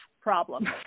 problem